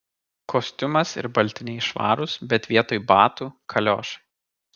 kostiumas ir baltiniai švarūs bet vietoj batų kaliošai